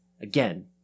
Again